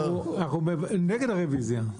אנחנו נגד הרוויזיה.